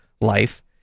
life